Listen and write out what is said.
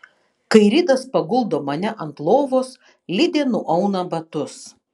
kai ridas paguldo mane ant lovos lidė nuauna batus